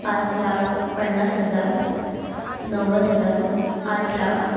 पाच लाख पन्नास हजार नव्वद हजार आठ लाख